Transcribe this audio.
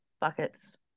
Buckets